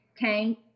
came